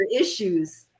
issues